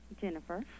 Jennifer